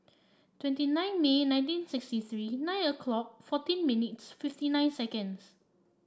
twenty nine May nineteen sixty three nine o'clock fourteen minutes fifty nine seconds